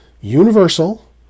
universal